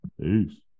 Peace